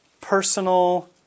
personal